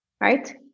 right